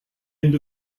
end